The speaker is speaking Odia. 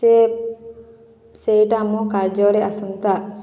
ସେ ସେଇଟା ମୋ କାର୍ଯ୍ୟରେ ଆସନ୍ତା